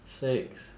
six